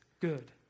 good